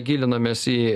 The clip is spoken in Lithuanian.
gilinomės į